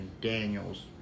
Daniels